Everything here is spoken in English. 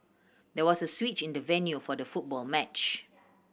there was a switch in the venue for the football match